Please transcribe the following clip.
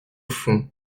fond